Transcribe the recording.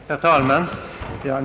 Herr talman!